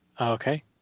Okay